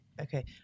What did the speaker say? okay